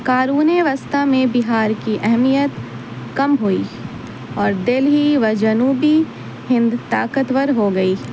قاروون وسطہ میں بہار کی اہمیت کم ہوئی اور دلہی و جنوبی ہند طاقتور ہو گئی